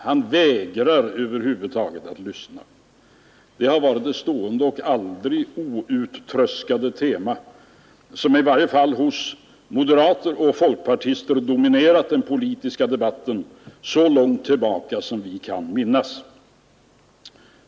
Han vägrar över huvud taget att lyssna.” Det har varit det stående och uttröskade tema som i varje fall hos moderater och folkpartister dominerat den politiska debatten så långt tillbaka som vi kan minnas.